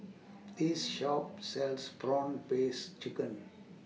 This Shop sells Prawn Paste Chicken